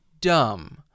dumb